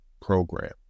program